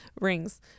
rings